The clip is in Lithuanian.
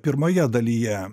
pirmoje dalyje